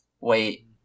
Wait